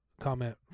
comment